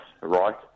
right